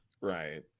right